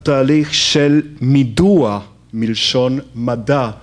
‫תהליך של מידוע מלשון מדע.